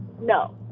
No